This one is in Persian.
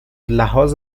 لحاظ